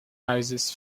houses